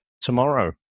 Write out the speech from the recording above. tomorrow